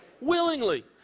willingly